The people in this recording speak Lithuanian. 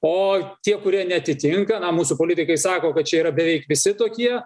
o tie kurie neatitinka na mūsų politikai sako kad čia yra beveik visi tokie